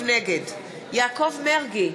נגד יעקב מרגי,